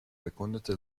bekundete